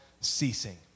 ceasing